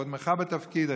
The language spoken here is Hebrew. קודמך בתפקיד,